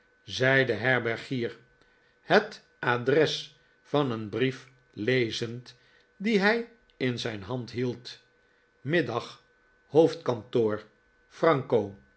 zei de herbergier het adres van een brief iezend dien hij in zijn hand hield middag hoofdkantoor